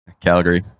Calgary